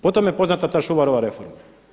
Po tome je poznata ta Šuvarova reforma.